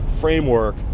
framework